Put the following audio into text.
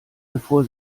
bevor